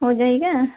हो जाएगा